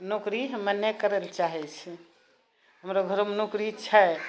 नौकरी हमरा नहि करैके चाहे छी हमरो घरेमे नौकरी छै